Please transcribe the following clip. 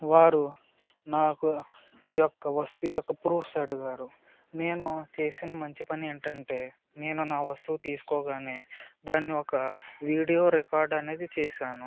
వారు నాకు యొక్క వస్తువు యొక్క ప్రూఫ్స్ అడిగారు నేను చేసిన మంచి పనేంటంటే నేను నా వస్తువు తీసుకోగానే దాన్ని ఒక వీడియో రికార్డనేది చేశాను